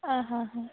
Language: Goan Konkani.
आं आं आं